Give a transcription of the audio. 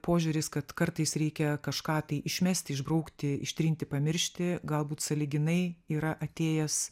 požiūris kad kartais reikia kažką tai išmesti išbraukti ištrinti pamiršti gal būt sąlyginai yra atėjęs